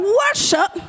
worship